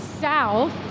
south